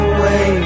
away